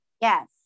Yes